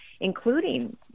including